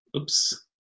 oops